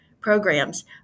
programs